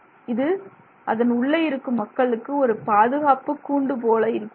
இது அதன் உள்ளே இருக்கும் மக்களுக்கு ஒரு பாதுகாப்பு கூண்டு போல இருக்கிறது